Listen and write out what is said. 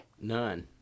None